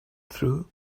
through